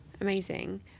Amazing